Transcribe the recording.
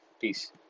Peace